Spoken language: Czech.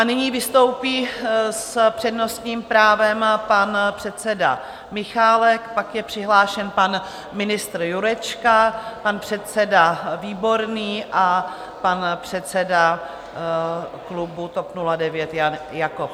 Nyní vystoupí s přednostním právem pan předseda Michálek, pak je přihlášen pan ministr Jurečka, pan předseda Výborný a pan předseda klubu TOP 09 Jan Jakob.